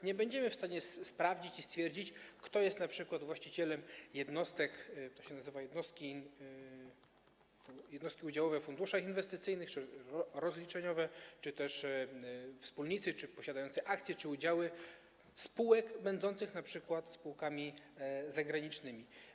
Nie będziemy w stanie sprawdzić i stwierdzić, kto jest właścicielem jednostek - to się nazywa jednostki udziałowe w funduszach inwestycyjnych czy rozliczeniowe, czy też wspólnicy, czy posiadający akcje czy udziały spółek będących np. spółkami zagranicznymi.